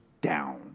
down